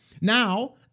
Now